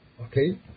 Okay